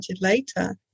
later